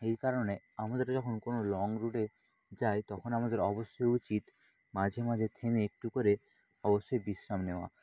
এই কারণে আমাদের যখন কোনও লং রুটে যাই তখন আমাদের অবশ্যই উচিত মাঝেমাঝে থেমে একটু করে অবশ্যই বিশ্রাম নেওয়া